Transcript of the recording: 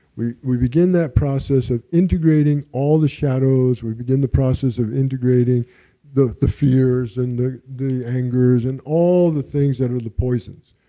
we we begin that process of integrating all the shadows, we begin the process of integrating the the fears and the the angers, and all the things that are the poisons.